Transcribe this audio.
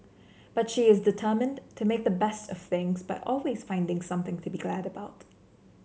but she is determined to make the best of things by always finding something to be glad about